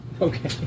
Okay